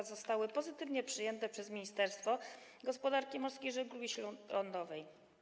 Zostały pozytywnie przyjęte przez Ministerstwo Gospodarki Morskiej i Żeglugi Śródlądowej.